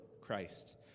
Christ